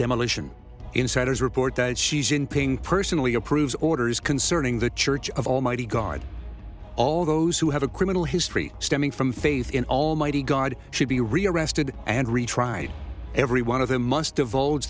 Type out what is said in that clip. demolition insiders report that she's in paying personally approved orders concerning the church of almighty god all those who have a criminal history stemming from faith in almighty god should be rearrested and retried every one of them must divulge